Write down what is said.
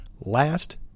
last